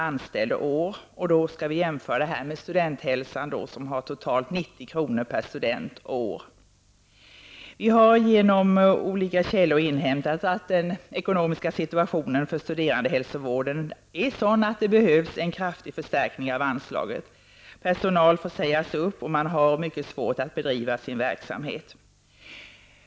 Detta kan jämföras med Vi har genom olika källor inhämtat att den ekonomiska situationen för studerandehälsovården är sådan att det behövs en kraftig förstärkning av anslaget. Personal får sägas upp och man har mycket svårt att bedriva sin verksamhet.